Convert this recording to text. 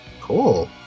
Cool